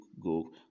go